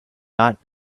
not